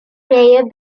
player